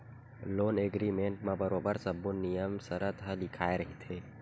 loan agreement म बरोबर सब्बो नियम सरत ह लिखाए रहिथे